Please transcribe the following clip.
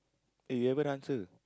eh you haven't answer